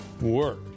work